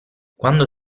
quando